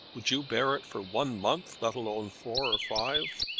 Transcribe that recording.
would you bear it for one month, let alone four or five?